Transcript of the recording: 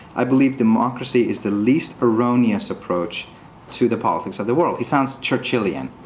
i believe democracy is the least erroneous approach to the politics of the world. he sounds churchillian.